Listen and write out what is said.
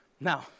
Now